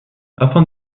afin